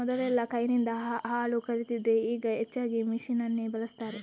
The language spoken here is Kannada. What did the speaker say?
ಮೊದಲೆಲ್ಲಾ ಕೈನಿಂದ ಹಾಲು ಕರೀತಿದ್ರೆ ಈಗ ಹೆಚ್ಚಾಗಿ ಮೆಷಿನ್ ಅನ್ನೇ ಬಳಸ್ತಾರೆ